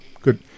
Good